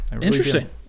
Interesting